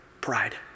Pride